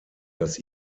das